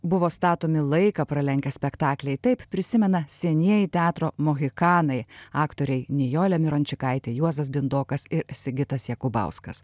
buvo statomi laiką pralenkę spektakliai taip prisimena senieji teatro mohikanai aktoriai nijolė mirončikaitė juozas bindokas ir sigitas jakubauskas